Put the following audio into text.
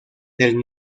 del